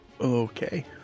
Okay